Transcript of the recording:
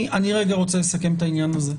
אני רוצה לסכם את העניין הזה.